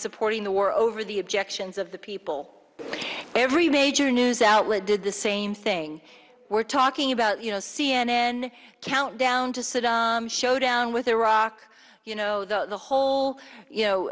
supporting the war over the objections of the people every major news outlet did the same thing we're talking about you know c n n countdown to saddam showdown with iraq you know the whole you know